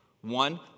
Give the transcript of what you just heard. One